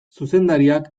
zuzendariak